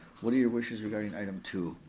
what are your wishes regarding item two?